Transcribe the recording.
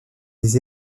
des